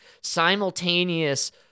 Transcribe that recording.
simultaneous